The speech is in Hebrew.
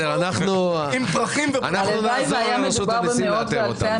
אנחנו נעזור לרשות המיסים לאתר אותם.